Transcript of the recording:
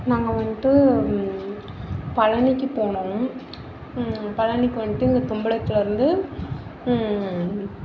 நாங்கள் வந்துட்டு பழனிக்கு போனோம் பழனிக்கு வந்துட்டு இந்த தும்பலத்துல இருந்து